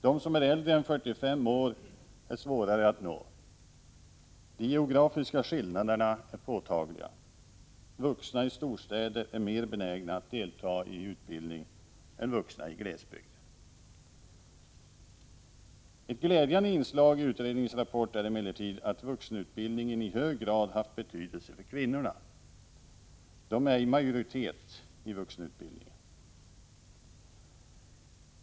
De som är äldre än 45 år är svårare att nå. De geografiska skillnaderna är påtagliga. Vuxna i storstäder är mer benägna att delta i utbildning än vuxna i glesbygder. Ett glädjande inslag i utredningens rapport är emellertid att vuxenutbildningen i hög grad haft betydelse för kvinnorna. De är i majoritet inom vuxenutbildningen.